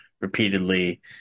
repeatedly